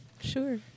Sure